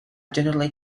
generally